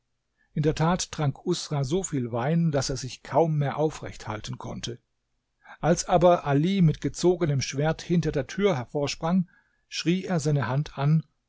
in der tat trank usra so viel wein daß er sich kaum mehr aufrecht halten konnte als aber ali mit gezogenem schwert hinter der tür hervorsprang schrie er seine hand an